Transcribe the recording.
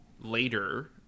later